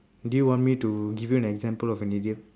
do you want me to give you an example of an idiom